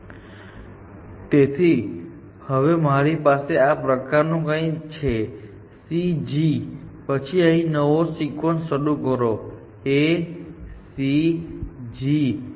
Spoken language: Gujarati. જો અંતર બાકીની વિભાગ ગોઠવણીમાં સુધારો કરે છે તો તમને અંતર જાળવી રાખવાની મંજૂરી છે તમે જોઈ શકો છો કે એકવાર હું આ A C G સાથે A C G ને ગોઠવી શકું છું અને પછી જો હું અહીં અંતર દાખલ કરીશ તો હું આ અંતરથી T ને ગોઠવીશ ચાલો માની લઈએ કે તે તેના માટે છે અને હું ફરીથી અહીં C A G સાથે C A G ને ગોઠવી શકું છું